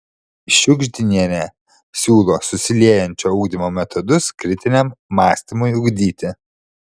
šiugždinienė siūlo susiliejančio ugdymo metodus kritiniam mąstymui ugdyti